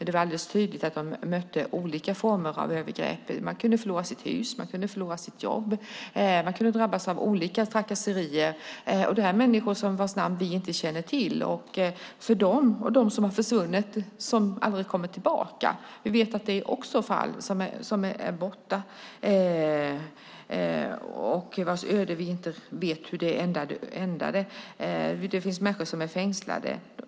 Det var alldeles tydligt att de mötte olika former av övergrepp. Man kunde förlora sitt hus. Man kunde förlora sitt jobb. Man kunde drabbas av olika trakasserier. Detta är människor vars namn vi inte känner till. Vi vet att det också finns människor som har försvunnit och aldrig kommer tillbaka. Vi vet inte hur deras öde ändade. Det finns människor som är fängslade.